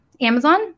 Amazon